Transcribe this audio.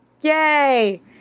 Yay